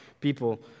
people